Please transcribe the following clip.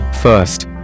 First